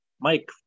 Mike